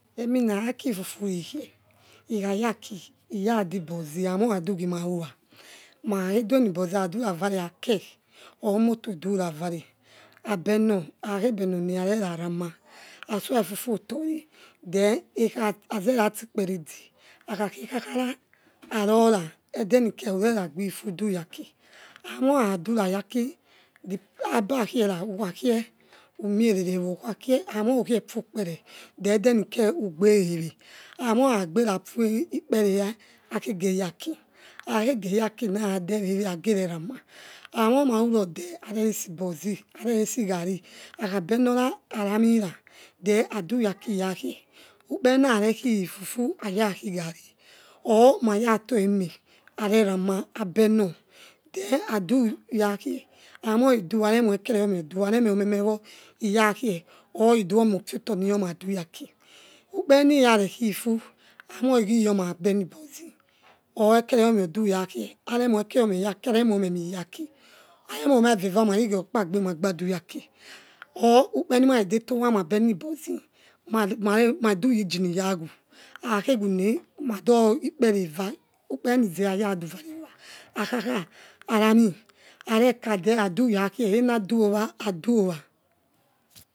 Emina aki ifufu ikhie khayaki iradi bozi amikhadugimawowa makhakedeni bozi ekhadu ravare ake or moto or duravare abene akake benone are ra rama asuafufu otore ohen ekha azera sti kpere edge okakhe khaka ra arora edenike arorora gufu duyaki amoi akhadura yaki habakie ra whokhakie umirerewo amieukie fue ukpere then edenike ugbewe amie agbera fue ukpereya akege yaki akhakege naki raradewewe agererama amieadewewe areh rama moma rurode are re resibozi areresi garri hakhabenora aramira then a duya akigari or marato ime arera ma habenor then ado yakie amoidu are mie ekeriome odu aremie memewo irakie iduiomoh lioto ni yor maiyaaki ukpenirare kifu amieigi yormabenibozi or ekheriome odura kie memeiyaki aremo maeveva marigeriokpa duyaki or ukpereni iginine ya wo akakhewune madur ikpereva ukperenizera ma yaduvare owo makhakara ma ranu areka then aduyakie enaduo owa aduowa.